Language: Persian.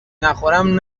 نخورم